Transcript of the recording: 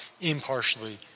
impartially